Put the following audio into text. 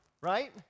right